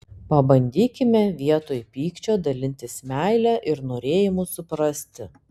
pabandykime vietoj pykčio dalintis meile ir norėjimu suprasti